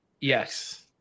Yes